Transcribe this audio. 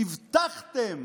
הבטחתם